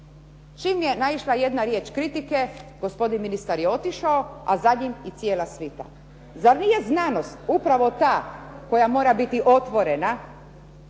čim je naišla jedna riječ kritike gospodin ministar je otišao a za njim i cijela svita. Zar nije znanost upravo ta koja mora biti otvorena